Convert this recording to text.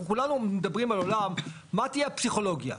אנחנו כולנו מדבירן על עולם, מה תהיה הפסיכולוגיה.